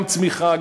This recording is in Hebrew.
גם צמיחה,